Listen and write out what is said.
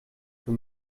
für